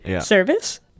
service